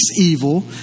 evil